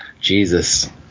Jesus